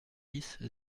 dix